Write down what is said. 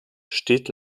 steht